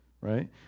right